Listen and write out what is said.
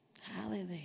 Hallelujah